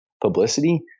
publicity